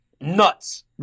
nuts